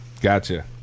Gotcha